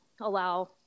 allow